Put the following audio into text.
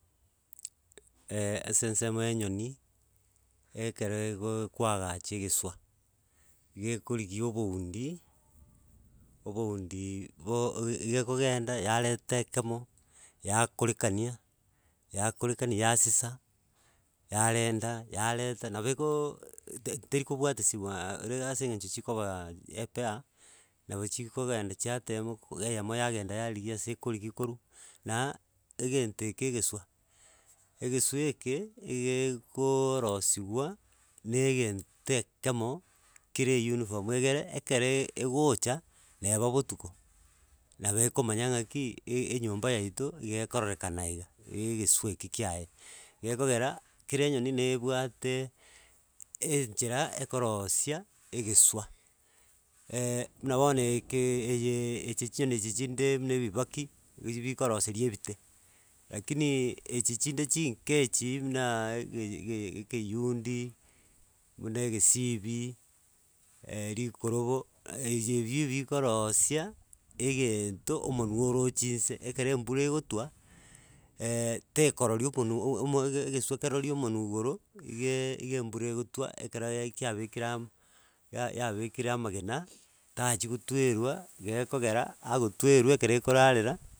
ase ensemo ya enyoni, eee ekero egooo kwagacha egeswa, iga ekorigi oboundi oboundi boo i- igo ekogenda yareta ekemo, yakorekania yakorekania yasisa, yarenda, yareta nabo ekoooo te terikobwatisiwaaa ere iga ase eng'encho chikobaaa epea, nabo chikogenda chiatema eyemo yagenda yarigia ase ekorigi korwa na, egento eke egeswa, egeswe eke iga ekoooo rosiwa, na egento ekemo kere eyuniform egere, ekere egocha, neba botuko, nabo ekomanya ng'aki, e- enyomba yaito iga ekororekana iga, ee egeswa eki kiaye gekogera, kera enyoni nebwate enchera ekorosia egeswa. buna bono ekeeee eyeeee echi chinyoni echi chinde buna ebibaki, biri bikoroseria ebite, rakiniiii echi chinde chinke echi buna ge ge ekeyundi, buna egesibi, rikorobo, echi ebi ebikorosia, egento, omonu orochi nse, ekero embura egotwa, tekorori omonu oo omo ege egeswa kerori omonu igoro, igeeee ige embura egotwa ekero yai kiabekire amo yayabekire amagena tachi gotwerwa gekogera agotwera ekero ekorarera.